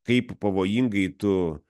kaip pavojingai tu